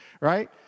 right